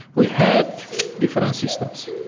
we had different systems.